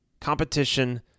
Competition